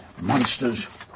monsters